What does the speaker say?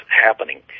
happening